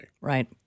Right